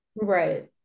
Right